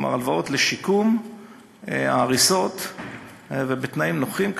כלומר, הלוואות לשיקום ההריסות ובתנאים נוחים.